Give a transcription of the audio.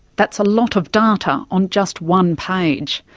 that's a lot of data on just one page.